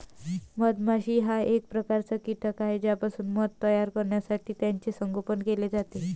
मधमाशी हा एक प्रकारचा कीटक आहे ज्यापासून मध तयार करण्यासाठी त्याचे संगोपन केले जाते